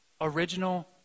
Original